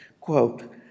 quote